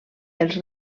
els